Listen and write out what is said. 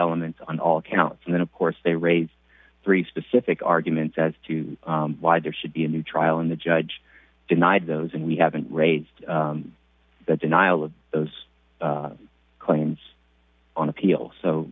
elements on all counts and then of course they raised three specific arguments as to why there should be a new trial and the judge denied those and we haven't raised the denial of those claims on appeal